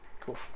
Cool